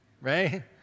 right